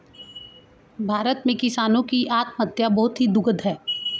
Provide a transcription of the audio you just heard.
भारत में किसानों की आत्महत्या बहुत ही दुखद है